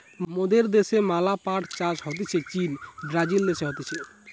মোদের দ্যাশে ম্যালা পাট চাষ হতিছে চীন, ব্রাজিল দেশে হতিছে